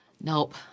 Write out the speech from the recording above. nope